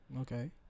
Okay